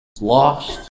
lost